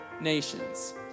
nations